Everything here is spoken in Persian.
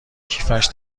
کیفش